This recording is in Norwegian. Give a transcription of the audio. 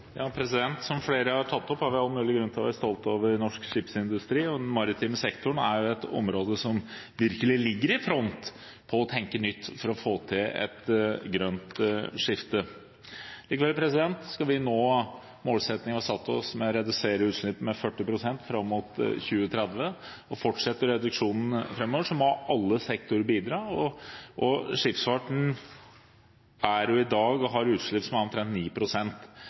har vi all mulig grunn til å være stolte over norsk skipsindustri, og den maritime sektoren er et område som virkelig ligger i front på å tenke nytt for å få til et grønt skifte. Likevel: Skal vi nå målsettingen vi har satt oss om å redusere utslippene med 40 pst. fram mot 2030 og fortsette reduksjonen framover, må alle sektorer bidra, og skipsfarten har i dag utslipp som utgjør omtrent